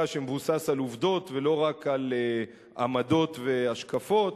שמבוסס על עובדות ולא רק על עמדות והשקפות.